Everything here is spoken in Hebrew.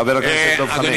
חבר הכנסת דב חנין.